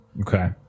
okay